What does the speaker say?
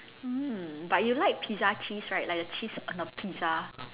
mm but you like pizza cheese right like the cheese on a pizza